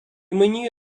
мені